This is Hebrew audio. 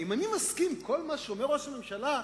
אם אני מסכים לכל מה שאומר ראש הממשלה,